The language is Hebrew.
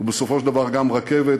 ובסופו של דבר גם רכבת,